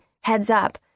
heads-up